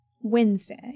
Wednesday